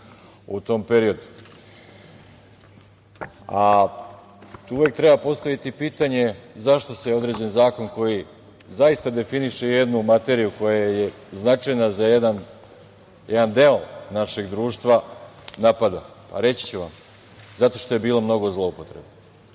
u tom periodu. Uvek treba postaviti pitanje – zašto se određeni zakon koji zaista definiše jednu materiju koja je značajna za jedan deo našeg društva napada? Reći ću vam – zato što je bilo mnogo zloupotreba.